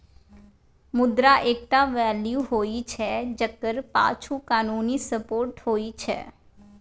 मुद्रा एकटा वैल्यू होइ छै जकर पाछु कानुनी सपोर्ट होइ छै